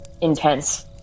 intense